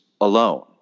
alone